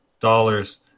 dollars